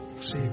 see